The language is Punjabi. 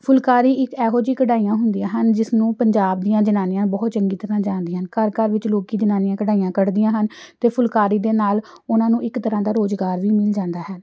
ਫੁਲਕਾਰੀ ਇੱਕ ਇਹੋ ਜਿਹੀ ਕਢਾਈਆਂ ਹੁੰਦੀਆਂ ਹਨ ਜਿਸਨੂੰ ਪੰਜਾਬ ਦੀਆਂ ਜਨਾਨੀਆਂ ਬਹੁਤ ਚੰਗੀ ਤਰ੍ਹਾਂ ਜਾਣਦੀਆਂ ਹਨ ਘਰ ਘਰ ਵਿੱਚ ਲੋਕ ਜਨਾਨੀਆਂ ਕਢਾਈਆਂ ਕੱਢਦੀਆਂ ਹਨ ਅਤੇ ਫੁਲਕਾਰੀ ਦੇ ਨਾਲ ਉਹਨਾਂ ਨੂੰ ਇੱਕ ਤਰ੍ਹਾਂ ਦਾ ਰੁਜ਼ਗਾਰ ਵੀ ਮਿਲ ਜਾਂਦਾ ਹੈ